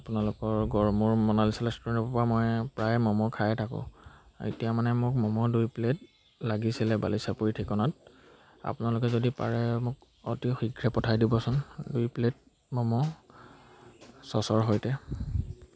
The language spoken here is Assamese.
আপোনালোকৰ গড়মূৰ মণালিচা ৰেষ্টুৰেণ্টৰপৰা মই প্ৰায় ম'ম' খায়ে থাকোঁ এতিয়া মানে মোক ম'ম' দুই প্লেট লাগিছিলে বালিচাপৰি ঠিকনাত আপোনালোকে যদি পাৰে মোক অতি শীঘ্ৰে পঠাই দিবচোন দুই প্লেট ম'ম' চচৰ সৈতে